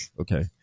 okay